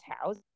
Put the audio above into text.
house